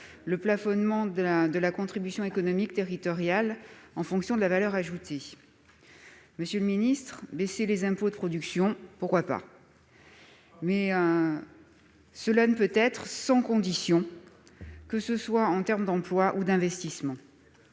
le plafonnement de la contribution économique territoriale (CET) en fonction de la valeur ajoutée. Baisser les impôts de production, pourquoi pas ? Ah ? Mais cela ne peut se faire sans condition, que ce soit en termes d'emploi ou d'investissement.